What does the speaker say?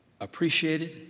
appreciated